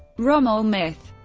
rommel myth